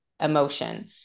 emotion